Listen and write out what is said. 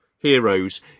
heroes